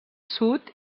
sud